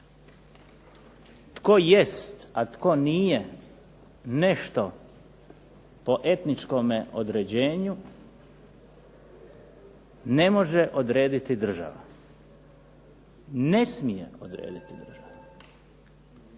Tko jest, a tko nije, nešto po etničkom određenju ne može odrediti država. Ne smije odrediti država.